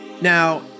Now